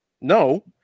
No